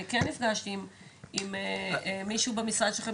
אני כן נפגשתי עם מישהו במשרד שלכם